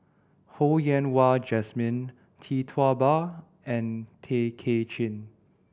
Ho Yen Wah Jesmine Tee Tua Ba and Tay Kay Chin